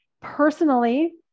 Personally